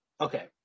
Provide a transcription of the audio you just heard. Okay